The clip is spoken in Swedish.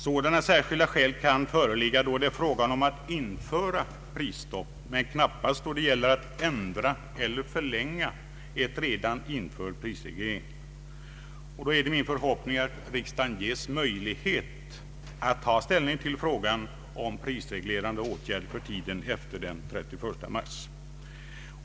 Sådana särskilda skäl kan föreligga då det är fråga om att införa prisstopp men knappast då det gäller att ändra eller förlänga en redan införd prisreglering. Då är det min förhoppning att riksdagen ges möjlighet att ta ställning till frågan om prisreglerande åtgärder för tiden efter den 31 mars.